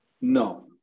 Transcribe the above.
No